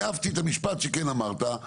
אני אהבתי את המשפט שכן אמרת,